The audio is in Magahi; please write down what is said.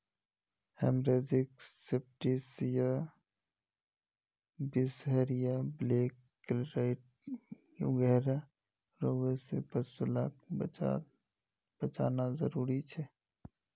हेमरेजिक सेप्तिस्मिया, बीसहरिया, ब्लैक क्वार्टरस वगैरह रोगों से पशु लाक बचाना ज़रूरी छे